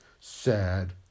Sad